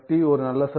ஒரு நல்ல சார்பு